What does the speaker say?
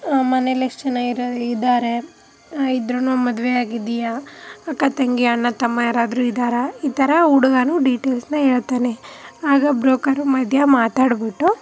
ಮನೆಲಿ ಎಷ್ಟು ಜನ ಇರೋ ಇದ್ದಾರೆ ಇದ್ರೂ ಮದುವೆ ಆಗಿದೆಯಾ ಅಕ್ಕ ತಂಗಿ ಅಣ್ಣ ತಮ್ಮ ಯಾರಾದ್ರೂ ಇದ್ದಾರಾ ಈ ಥರ ಹುಡ್ಗನೂ ಡಿಟೇಲ್ಸ್ನ ಹೇಳ್ತಲೇ ಆಗ ಬ್ರೋಕರು ಮಧ್ಯ ಮಾತಾಡಿಬಿಟ್ಟು